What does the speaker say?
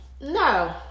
No